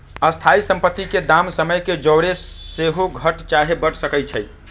स्थाइ सम्पति के दाम समय के जौरे सेहो घट चाहे बढ़ सकइ छइ